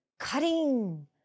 Cutting